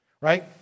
right